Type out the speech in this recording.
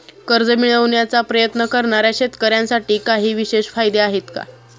कर्ज मिळवण्याचा प्रयत्न करणाऱ्या शेतकऱ्यांसाठी काही विशेष फायदे आहेत का?